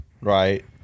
Right